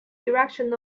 direction